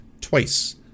twice